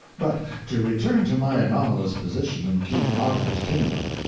but to return to my anomalous position in king arthur's kingdom.